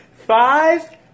Five